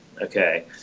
okay